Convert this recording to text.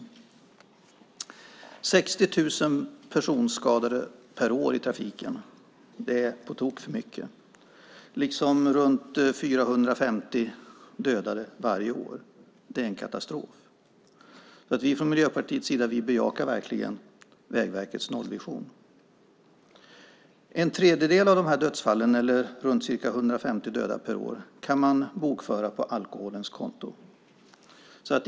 Vi har 60 000 personskadade i trafiken varje år, vilket är på tok för många. Dessutom har vi runt 450 dödade varje år. Det är en katastrof. Från Miljöpartiets sida bejakar vi verkligen Vägverkets nollvision. En tredjedel av dödsfallen, omkring 150 döda per år, kan bokföras på alkoholens konto.